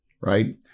right